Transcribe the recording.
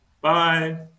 Bye